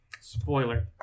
Spoiler